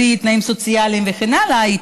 עזבו שהייתי בלי תנאים סוציאליים וכן הלאה,